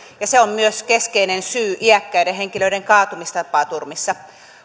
se on myös keskeinen syy iäkkäiden henkilöiden kaatumistapaturmissa